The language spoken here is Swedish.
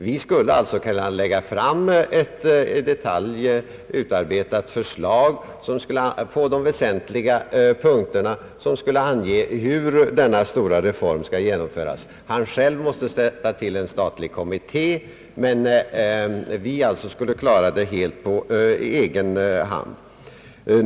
Vi skulle alltså på de väsentliga punkterna kunna lägga fram i detalj utarbetade förslag till hur denna stora reform skall genomföras. Han själv måste tillsätta en statlig kommitté, men vi skulle klara det helt på egen hand.